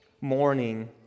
morning